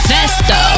Festo